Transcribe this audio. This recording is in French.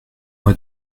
moi